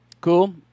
Cool